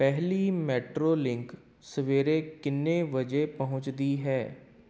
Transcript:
ਪਹਿਲੀ ਮੈਟਰੋਲਿੰਕ ਸਵੇਰੇ ਕਿੰਨੇ ਵਜੇ ਪਹੁੰਚਦੀ ਹੈ